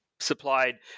supplied